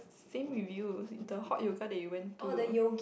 same reviews the hot yoga that you went to